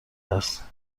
است